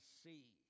see